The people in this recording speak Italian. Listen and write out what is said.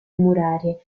murarie